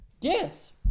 yes